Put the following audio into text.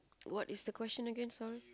what is the question again sorry